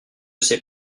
sait